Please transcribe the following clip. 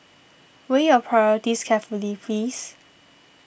weigh your priorities carefully please